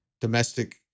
domestic